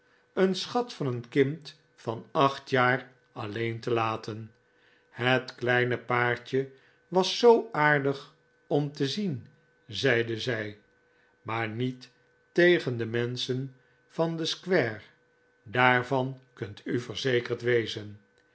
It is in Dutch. een schat van een kind van acht jaar alleen te laten het kleine paartje was zoo aardig om te zien zeide zij maar niet tegen de menschen van de square daarvan kunt u verzekerd wezen